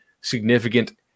significant